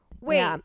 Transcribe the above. Wait